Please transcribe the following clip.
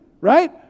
Right